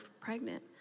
pregnant